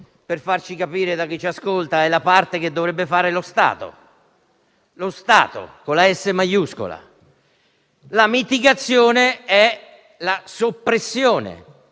per farci capire da chi ci ascolta, è la parte che dovrebbe fare lo Stato (quello con la S maiuscola), mentre la mitigazione è la soppressione